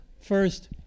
First